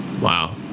wow